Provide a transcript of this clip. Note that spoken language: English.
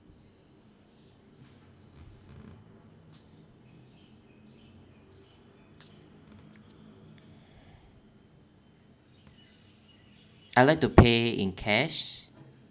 I'd like to pay in cash